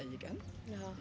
and you know